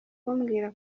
kumbwira